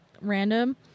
random